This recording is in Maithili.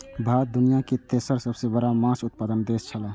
भारत दुनिया के तेसर सबसे बड़ा माछ उत्पादक देश छला